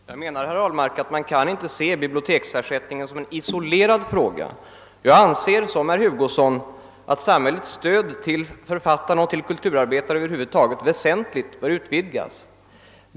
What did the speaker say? Herr talman! Jag menar, herr Ahlmark, att man inte kan se biblioteksersättningen som en isolerad fråga. Jag anser som herr Hugosson att samhällets stöd till författarna och till kulturarbetarna över huvud taget bör väsentligt utvidgas.